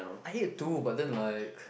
I ate too but then like